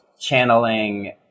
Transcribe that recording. channeling